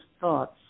thoughts